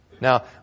Now